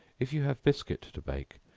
if you have biscuit to bake,